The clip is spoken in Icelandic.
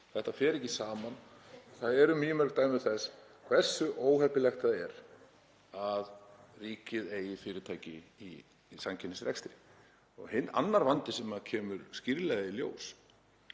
Þetta fer ekki saman. Það eru mýmörg dæmi þess hversu óheppilegt það er að ríkið eigi fyrirtæki í samkeppnisrekstri. Annar vandi kemur síðan skýrlega í ljós